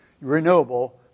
renewable